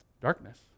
darkness